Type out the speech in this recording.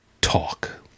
talk